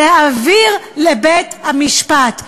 להעביר לבית-המשפט.